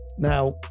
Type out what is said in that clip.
Now